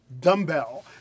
Dumbbell